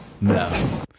No